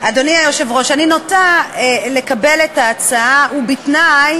אדוני היושב-ראש, אני נוטה לקבל את ההצעה, ובתנאי